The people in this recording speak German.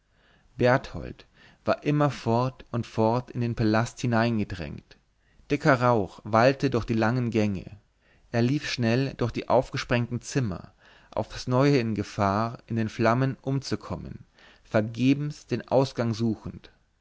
berthold war immer fort und fort in den palast hineingedrängt dicker rauch wallte durch die langen gänge er lief schnell durch die aufgesprengten zimmer aufs neue in gefahr in den flammen umzukommen vergebens den ausgang suchend